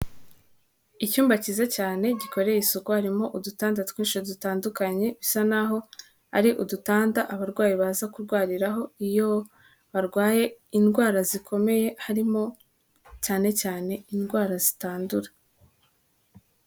Icyumba cyiza cyane gikoreye isuku harimo udutanda twinshi dutandukanye, bisa naho ari udutanda abarwayi baza kurwariraho iyo barwaye indwara zikomeye harimo cyane cyane indwara zitandura.